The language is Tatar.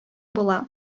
була